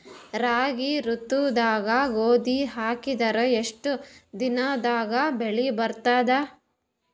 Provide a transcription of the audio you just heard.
ರಾಬಿ ಋತುದಾಗ ಗೋಧಿ ಹಾಕಿದರ ಎಷ್ಟ ದಿನದಾಗ ಬೆಳಿ ಬರತದ?